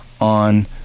on